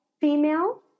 female